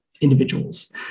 individuals